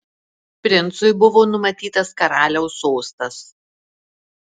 princui buvo numatytas karaliaus sostas